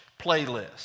playlist